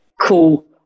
cool